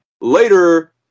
Later